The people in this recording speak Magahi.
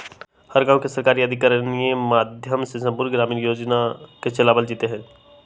हर गांव में सरकारी अधिकारियन के माध्यम से संपूर्ण ग्रामीण रोजगार योजना के चलावल जयते हई